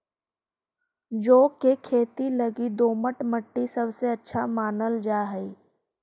जौ के खेती लगी दोमट मट्टी सबसे अच्छा मानल जा हई